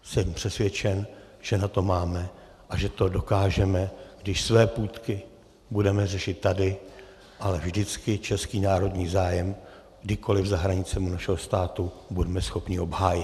Jsem přesvědčen, že na to máme a že to dokážeme, když své půtky budeme řešit tady, ale vždycky český národní zájem kdekoliv za hranicemi našeho státu budeme schopni obhájit.